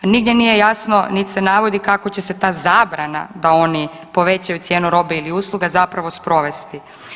Nigdje nije jasno niti se navodi kako će se ta zabrana da oni povećaju cijenu robe ili usluge zapravo sprovesti.